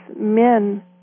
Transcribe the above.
men